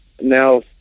now